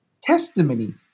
testimony